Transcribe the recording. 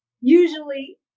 usually